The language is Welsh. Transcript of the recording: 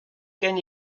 gen